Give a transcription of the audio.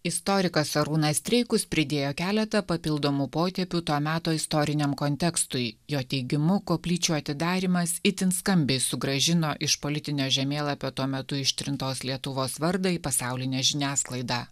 istorikas arūnas streikus pridėjo keletą papildomų potėpių to meto istoriniam kontekstui jo teigimu koplyčių atidarymas itin skambiai sugrąžino iš politinio žemėlapio tuo metu ištrintos lietuvos vardą į pasaulinę žiniasklaidą